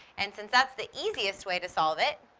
and, since that's the easiest way to solve it,